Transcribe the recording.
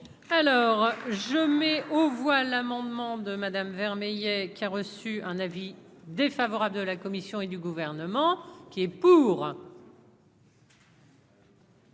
Alors je mets aux voix l'amendement de Madame Vermeillet. Qui a reçu un avis défavorable de la Commission et du gouvernement qui est pour.